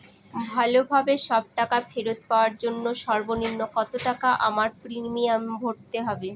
ভালোভাবে সব টাকা ফেরত পাওয়ার জন্য সর্বনিম্ন কতটাকা আমায় প্রিমিয়াম ভরতে হবে?